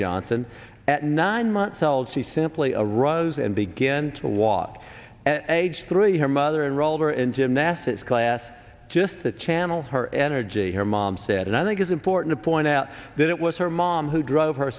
johnson at nine months old she simply arose and began to walk at age three her mother and rolled her in gymnastics class just to channel her energy her mom said and i think it's important to point out that it was her mom who drove